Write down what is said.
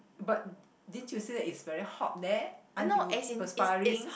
but did you say that it's very hot there ain't you perspiring